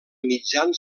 mitjan